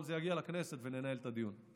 אבל זה יגיע לכנסת וננהל את הדיון.